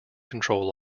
control